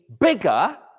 bigger